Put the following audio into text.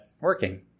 working